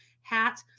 hat